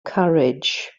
courage